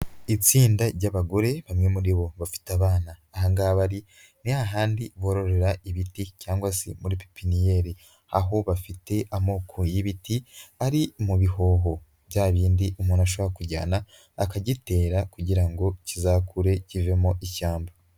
Itsinda ry'abagore bamwe muri bo bafite abana, ahangaha bari ni hahandi bororera ibiti cyangwa se muri pipiniyeri, aho bafite amoko y'ibiti ari mu bihoho, bya bindi umuntu ashobora kujyana akagitera kugira ngo kizakure kivemo ishyamba.